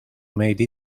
made